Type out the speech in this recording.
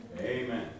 Amen